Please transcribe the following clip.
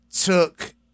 took